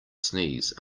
sneeze